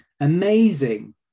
amazing